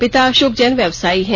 पिता अशोक जैन व्यवसायी हैं